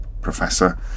professor